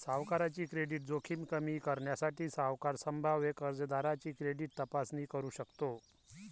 सावकाराची क्रेडिट जोखीम कमी करण्यासाठी, सावकार संभाव्य कर्जदाराची क्रेडिट तपासणी करू शकतो